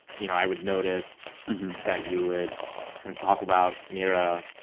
you know, i would notice that you would kind of talk about mirror,